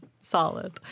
solid